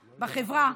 בחברה,